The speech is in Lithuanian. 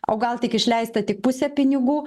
o gal tik išleista tik pusę pinigų